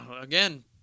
again